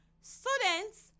Students